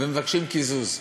ומבקשים קיזוז,